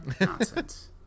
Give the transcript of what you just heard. Nonsense